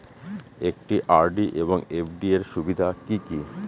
একটি আর.ডি এবং এফ.ডি এর সুবিধা কি কি?